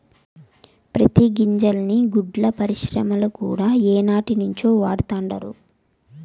పత్తి గింజల్ని గుడ్డల పరిశ్రమల కూడా ఏనాటినుంచో వాడతండారు